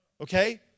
Okay